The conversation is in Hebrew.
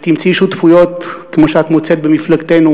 ותמצאי שותפויות כמו שאת מוצאת במפלגתנו